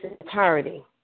entirety